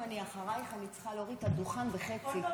אל"ף.